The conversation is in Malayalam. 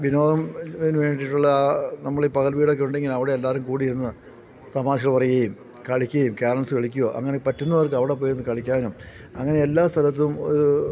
വിനോദത്തിനു വേണ്ടിയിട്ടുള്ള ആ ല്നമ്മളീ പകൽ വീടൊക്കെ ഉണ്ടെങ്കില് അവിടെ എല്ലാവരും കൂടിയിരുന്നു തമാശ പറയുകയും കളിക്കുകയും കാരംസ് കളിക്കുകയോ അങ്ങനെ പറ്റുന്നവർക്ക് അവിടെ പോയിരുന്നു കളിക്കാനും അങ്ങനെ എല്ലാ സ്ഥലത്തും ഒരു